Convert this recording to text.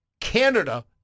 Canada